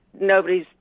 nobody's